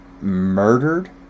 murdered